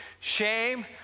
shame